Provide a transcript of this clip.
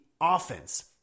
offense